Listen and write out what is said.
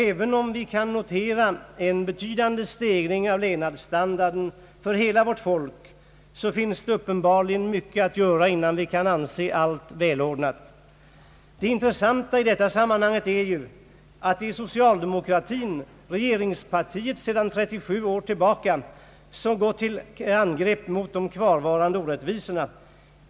även om vi kan notera en betydande stegring av levnadsstandarden för hela vårt folk så finns det uppenbarligen mycket att göra innan vi kan anse allt välordnat. Det intressanta i detta sammanhang är att det är socialdemokratin — regeringspartiet sedan 37 år tillbaka — som går till angrepp mot de kvarvarande orättvisorna.